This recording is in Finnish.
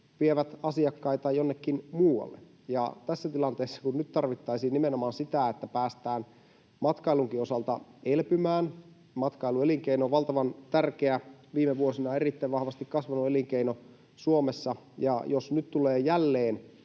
vievät asiakkaita jonnekin muualle. Tässä tilanteessa nyt tarvittaisiin nimenomaan sitä, että päästään matkailunkin osalta elpymään. Matkailuelinkeino on valtavan tärkeä, viime vuosina erittäin vahvasti kasvava elinkeino Suomessa, ja jos nyt tulee jälleen